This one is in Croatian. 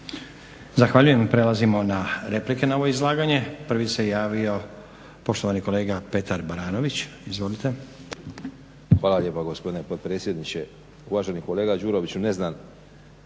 Zahvaljujem. Prelazimo na replike na ovo izlaganje. Prvi se javio poštovani kolega Petar Baranović. Izvolite. **Baranović, Petar (HNS)** Hvala lijepo gospodine potpredsjedniče. Uvaženi kolega Đuroviću ne znam